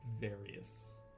various